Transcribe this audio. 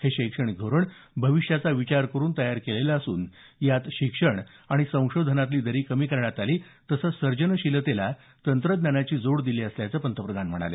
हे शैक्षणिक धोरण भविष्याचा विचार करुन तयार केलेलं असून यात शिक्षण आणि संशोधनातली दरी कमी करण्यात आली तसंच सर्जनशीलतेला तंत्रज्ञानाची जोड दिली असल्याच ते म्हणाले